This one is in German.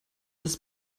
das